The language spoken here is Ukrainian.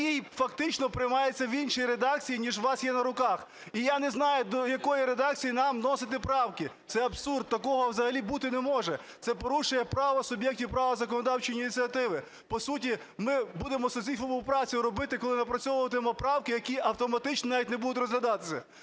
фактично приймається в іншій редакції, ніж у вас є на руках. І я не знаю, до якої редакції нам вносити правки. Це абсурд. Такого взагалі бути не може. Це порушує право суб'єктів права законодавчої ініціативи. По суті, ми будемо сізіфову працю робити, коли напрацьовуватимемо правки, які автоматично навіть не будуть розглядатися.